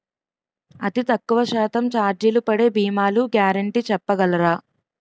అతి తక్కువ శాతం ఛార్జీలు పడే భీమాలు గ్యారంటీ చెప్పగలరా?